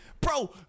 bro